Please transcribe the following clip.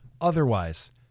otherwise